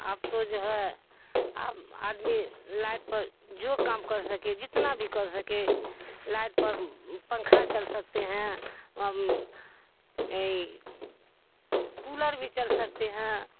آب تو جو ہے آب آدمی لائٹ پر جو کام کر سکے جتنا بھی کر سکے لائٹ پر پنکھا چل سکتے ہیں کولر بھی چل سکتے ہیں